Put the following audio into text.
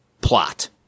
plot